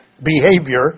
behavior